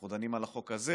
אנחנו דנים על החוק הזה,